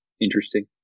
interesting